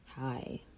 hi